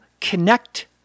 connect